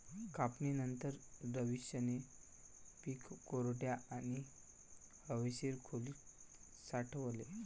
कापणीनंतर, रवीशने पीक कोरड्या आणि हवेशीर खोलीत साठवले